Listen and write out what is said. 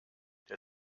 der